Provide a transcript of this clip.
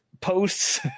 posts